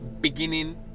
beginning